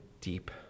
deep